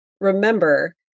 remember